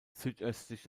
südöstlich